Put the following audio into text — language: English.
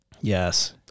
Yes